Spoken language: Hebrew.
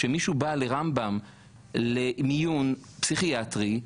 כשמישהו בא לרמב"ם למיון פסיכיאטרי,